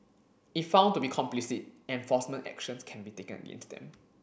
if found to be complicit enforcement actions can be taken against them